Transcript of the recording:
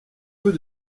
peu